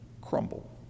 crumble